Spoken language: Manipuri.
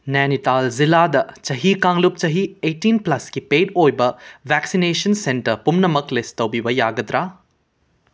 ꯅꯥꯏꯅꯤꯇꯥꯜ ꯖꯤꯂꯥꯗ ꯆꯍꯤ ꯀꯥꯡꯂꯨꯞ ꯆꯍꯤ ꯑꯩꯠꯇꯤꯟ ꯄ꯭ꯂꯁꯀꯤ ꯄꯦꯗ ꯑꯣꯏꯕ ꯚꯦꯛꯁꯤꯅꯦꯁꯟ ꯁꯦꯟꯇꯔ ꯄꯨꯝꯅꯃꯛ ꯂꯤꯁ ꯇꯧꯕꯤꯕ ꯌꯥꯒꯗ꯭ꯔꯥ